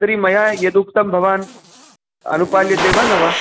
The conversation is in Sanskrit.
तर्हि मया यदुक्तं भवता अनुपाल्यते वा न वा